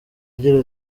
agira